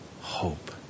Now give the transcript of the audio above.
hope